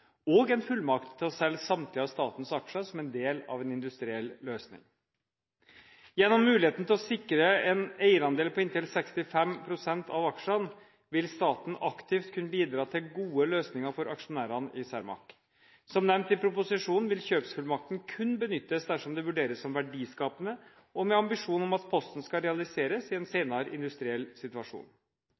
og en fullmakt til å selge samtlige av statens aksjer som del av en industriell løsning. Gjennom muligheten til å sikre en eierandel på inntil 65 pst. av aksjene vil staten aktivt kunne bidra til gode løsninger for aksjonærene i Cermaq. Som nevnt i proposisjonen vil kjøpsfullmakten kun benyttes dersom det vurderes som verdiskapende, og med ambisjonen om at posten skal realiseres i en senere industriell situasjon.